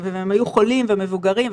והם היו חולים ומבוגרים,